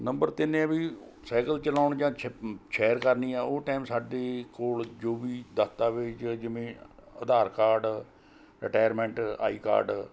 number ਤਿੰਨ ਇਹ ਹੈ ਵੀ ਸਾਈਕਲ ਚਲਾਉਣ ਜਾਂ ਸੈਰ ਕਰਨੀ ਆ ਉਹ ਟਾਈਮ ਸਾਡੇ ਕੋਲ਼ ਜੋ ਵੀ ਦਸਤਾਵੇਜ਼ ਹੈ ਜਿਵੇਂ Aadhaar card retirement I card